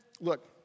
Look